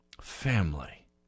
family